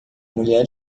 mulher